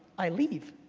i leave,